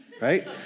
Right